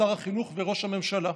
שר החינוך וראש הממשלה.